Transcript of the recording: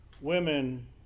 women